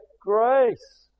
grace